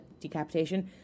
decapitation